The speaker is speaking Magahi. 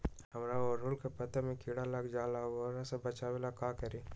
हमरा ओरहुल के पत्ता में किरा लग जाला वो से बचाबे ला का करी?